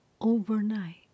overnight